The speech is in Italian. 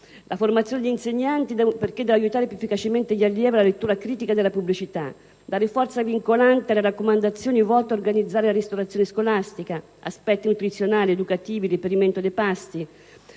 formare gli insegnanti perché possano aiutare più efficacemente gli allievi alla lettura critica della pubblicità; dare forza vincolante alle raccomandazioni volte a organizzare la ristorazione scolastica (aspetti nutrizionali, educativi, reperimento dei pasti)